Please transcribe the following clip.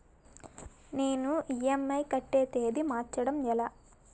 నేను ఇ.ఎం.ఐ కట్టే తేదీ మార్చడం ఎలా?